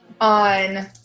On